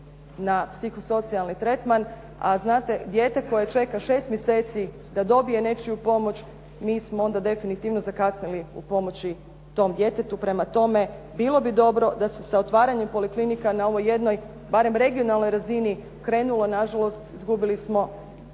na psihosocijalni tretman, a znate dijete koje čeka šest mjeseci da dobije nečiju pomoć mi smo onda definitivno zakasnili u pomoći tom djetetu. Prema tome, bilo bi dobro da se sa otvaranjem poliklinika na ovoj jednoj, barem regionalnoj razini krenulo. Nažalost izgubili smo